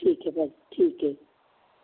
ਠੀਕ ਹੈ ਭਾਅ ਜੀ ਠੀਕ ਹੈ ਜੀ